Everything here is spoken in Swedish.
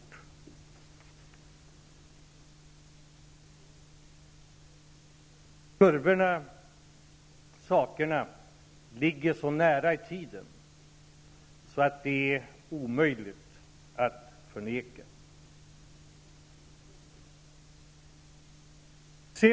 De saker som lett till kurvornas utseende ligger så nära i tiden att de är omöjliga att förneka.